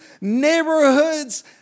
neighborhoods